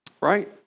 right